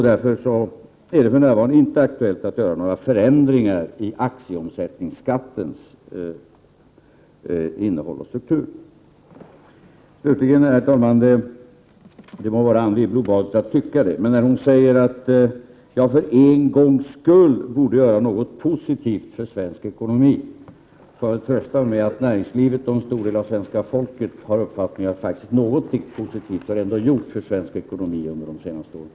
Därför är det för närvarande inte aktuellt att göra några förändringar i aktieomsättningsskattens innehåll och struktur. Slutligen, herr talman, må det vara Anne Wibble obetaget att tycka det, men när hon säger att jag för en gångs skull borde göra något positivt för svensk ekonomi, så tröstar jag mig med att näringslivet och en stor del av svenska folket har uppfattningen att faktiskt något positivt ändå har gjorts för svensk ekonomi under de senaste åren.